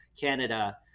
Canada